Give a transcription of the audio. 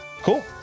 Cool